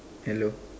hello